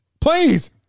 please